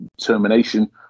termination